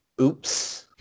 Oops